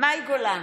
מאי גולן,